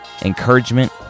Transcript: encouragement